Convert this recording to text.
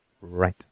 Right